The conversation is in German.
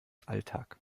alltag